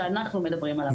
שאנחנו מדברים עליו עכשיו.